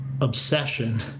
obsession